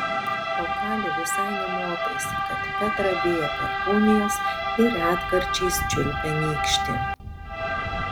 o kali visai nė motais kad petra bijo perkūnijos ir retkarčiais čiulpia nykštį